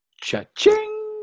Cha-ching